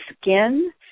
Skin